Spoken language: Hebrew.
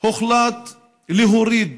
הוחלט להוריד